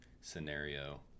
scenario